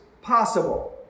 possible